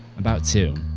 about two.